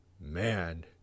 man